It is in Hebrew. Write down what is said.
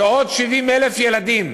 שעוד 70,000 ילדים